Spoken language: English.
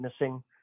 missing